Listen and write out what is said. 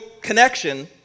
connection